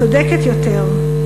צודקת יותר,